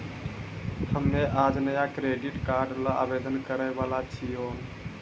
हम्मे आज नया क्रेडिट कार्ड ल आवेदन करै वाला छियौन